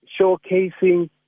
showcasing